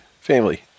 Family